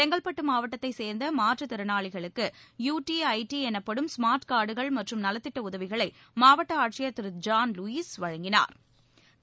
செங்கல்பட்டு மாவட்டத்தைச் சேர்ந்த மாற்றுத் திறனாளிகளுக்கு யு டி ஐ டி எனப்படும் ஸ்மாாட்ட காா்டுகள் மற்றும் நலத்திட்ட உதவிகளை மாவட்ட ஆட்சியா் திரு ஜான் லூயிஸ் வழங்கினாா்